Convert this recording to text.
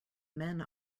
men